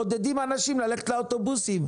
מעודדים אנשים ללכת לאוטובוסים.